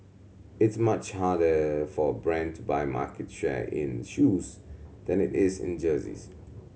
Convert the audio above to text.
it's much harder for a brand to buy market share in shoes than it is in jerseys